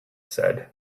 said